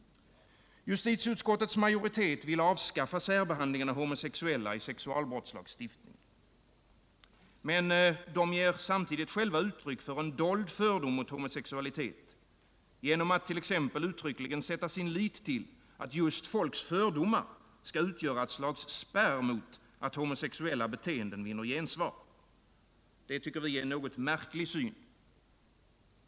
Justitieutskottets majoritet vill avskaffa särbehandlingen av homosexuella i sexualbrottslagstiftningen. Men den ger själv uttryck för en dold fördom mot homosexualitet genom att uttryckligen sätta sin lit till att just folks 35 fördomar skall utgöra ett slags spärr mot att homosexuella beteenden vinner gensvar. Detta tycker vi är en något märklig syn.